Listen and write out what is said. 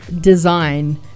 design